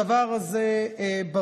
הדבר הזה ברור.